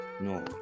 no